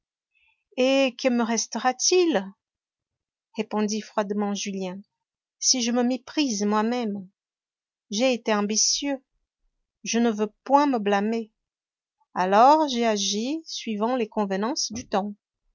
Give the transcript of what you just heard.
et que me restera-t-il répondit froidement julien si je me méprise moi-même j'ai été ambitieux je ne veux point me blâmer alors j'ai agi suivant les convenances du temps